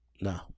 No